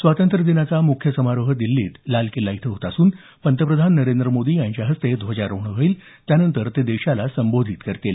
स्वातंत्र्य दिनाचा मुख्य समारोह दिल्लीत लाल किल्ला इथं होत असून पंतप्रधान नरेंद्र मोदी यांच्या हस्ते ध्वजारोहण होईल त्यानंतर ते देशाला संबोधित करतील